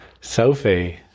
Sophie